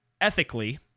ethically